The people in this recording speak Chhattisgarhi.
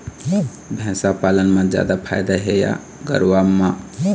भैंस पालन म जादा फायदा हे या गरवा म?